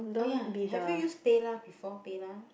oh ya have you use PayLah before PayLah